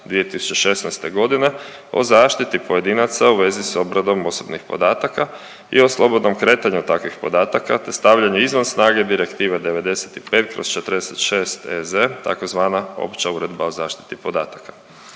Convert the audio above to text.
2016. g. o zaštiti pojedinaca u vezi s obradom osobnih podataka i o slobodnom kretanju takvih podataka te stavljanju izvan snage Direktive 95/46/EZ, tzv. Opća uredba o zaštiti podataka.